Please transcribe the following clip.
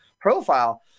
profile